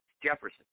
Jefferson